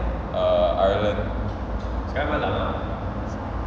uh ireland